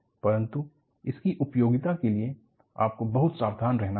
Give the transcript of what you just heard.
परंतु इसकी उपयोगिता के लिए आपको बहुत सावधान रहना होगा